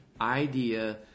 idea